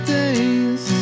days